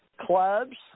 clubs